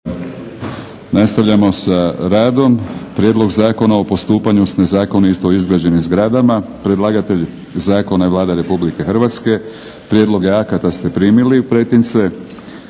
Nastavljamo sa radom. - Prijedlog Zakona o postupanju s nezakonito izgrađenim zgradama, prvo čitanje, P.Z. br. 95. Predlagatelj zakona je Vlada Republike Hrvatske. Prijedloge akata ste primili u pretince.